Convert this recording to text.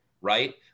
right